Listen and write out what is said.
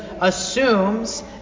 assumes